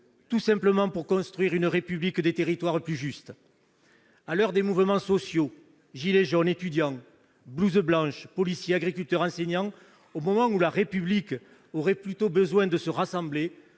tout simplement pour construire une République des territoires qui soit plus juste ! À l'heure des mouvements sociaux- « gilets jaunes », étudiants, blouses blanches, policiers, agriculteurs, enseignants -, au moment où la République aurait plutôt besoin de se rassembler,